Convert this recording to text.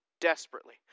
Desperately